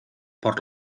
por